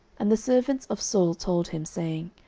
and the servants of saul told him, saying,